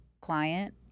client